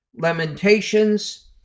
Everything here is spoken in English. Lamentations